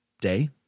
day